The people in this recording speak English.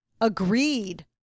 agreed